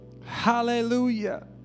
Hallelujah